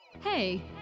Hey